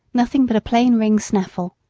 nothing but a plain ring snaffle.